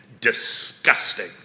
disgusting